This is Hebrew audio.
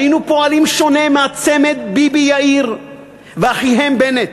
היינו פועלים שונה מהצמד ביבי-יאיר ואחיהם בנט.